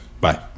Bye